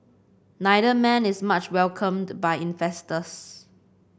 neither man is much welcomed by investors